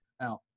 Now